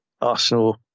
Arsenal